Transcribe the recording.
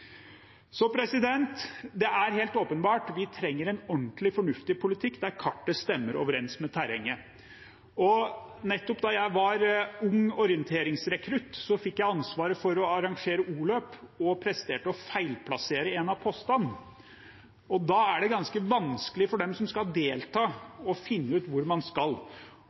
Det er helt åpenbart: Vi trenger en ordentlig, fornuftig politikk der kartet stemmer overens med terrenget. Nettopp da jeg var ung orienteringsrekrutt, fikk jeg ansvaret for å arrangere o-løp og presterte å feilplassere en av postene. Da er det ganske vanskelig for dem som skal delta, å finne ut hvor man skal.